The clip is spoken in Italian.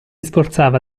sforzava